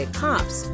cops